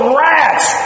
rats